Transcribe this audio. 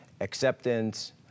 acceptance